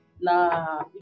Nah